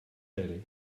daily